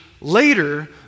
later